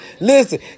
Listen